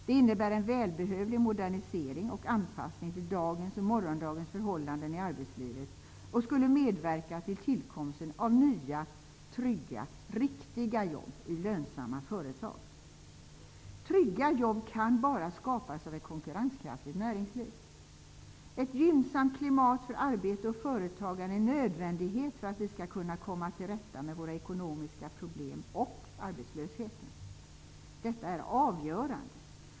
De innebär en välbehövlig modernisering och anpassning till dagens och morgondagens förhållanden i arbetslivet och skulle medverka till tillkomsten av nya, trygga och riktiga jobb i lönsamma företag. Trygga jobb kan skapas bara av ett konkurrenskraftigt näringsliv. Ett gynnsamt klimat för arbete och företagande är en nödvändighet för att vi skall kunna komma till rätta med våra ekonomiska problem och arbetslösheten. Det är avgörande.